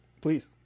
Please